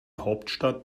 hauptstadt